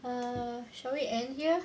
um shall we end here